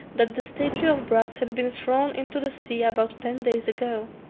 that the statue of brass had been thrown into the sea about ten days ago.